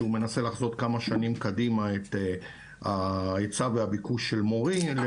הוא מנסה לחזות כמה שנים קדימה את ההיצע והביקוש למורים,